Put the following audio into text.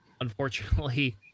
unfortunately